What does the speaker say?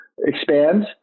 expand